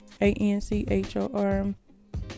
a-n-c-h-o-r